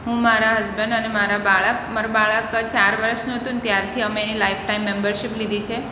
હુ મારા હસબેન્ડ અને મારા બાળક મારું બાળક ચાર વર્ષનું હતું ને ત્યારથી અમે એની લાઈફ ટાઈમ મેમ્બરશીપ લીધી છે